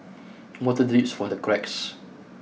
water drips from the cracks